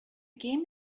game